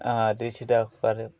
আর ঋষিরাও করে